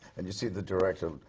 and you see the direction.